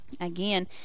Again